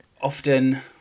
often